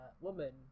woman